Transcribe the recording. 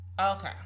okay